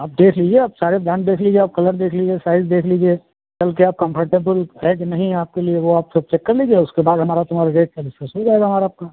अब देख लीजिए आप सारे ब्राण्ड देख लीजिए और कलर देख लीजिए साइज देख लीजिए चलके आप कम्फ़र्टेबल है कि नहीं आपके लिए वो आप सब चेक कर लीजिए उसके बाद हमारा तुम्हारा रेट क्या डिस्कस हो जाएगा हमारा आपका